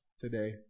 today